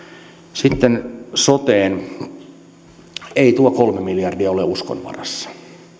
sitten soteen ei tuo kolme miljardia ole uskon varassa